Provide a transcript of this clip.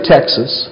Texas